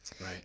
right